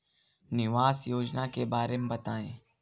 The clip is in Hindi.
निवेश योजना के बारे में बताएँ?